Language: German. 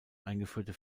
eingeführte